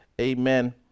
amen